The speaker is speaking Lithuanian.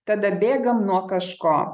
tada bėgam nuo kažko